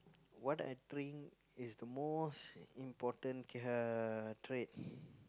what I think is the most important uh trait